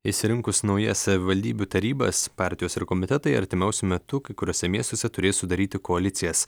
išsirinkus naujas savivaldybių tarybas partijos ir komitetai artimiausiu metu kai kuriuose miestuose turės sudaryti koalicijas